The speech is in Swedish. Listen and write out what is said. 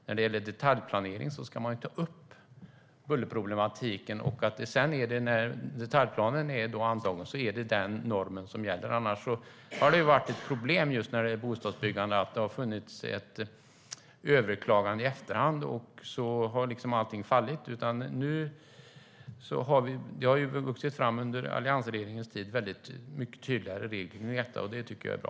När det gäller detaljplanering ska man ta upp bullerproblematiken. När detaljplanen är antagen är det den normen som gäller. Annars har det varit ett problem i fråga om bostadsbyggande att det har överklagats i efterhand. Då har liksom allting fallit. Det har under alliansregeringens tid vuxit fram mycket tydligare regler kring detta. Det tycker jag är bra.